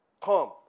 come